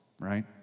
right